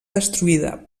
destruïda